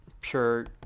pure